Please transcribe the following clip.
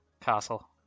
castle